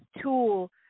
tool